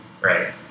right